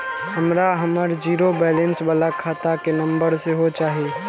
हमरा हमर zero balance बाला खाता के नम्बर सेहो चाही